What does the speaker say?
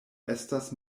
estas